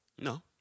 No